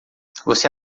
você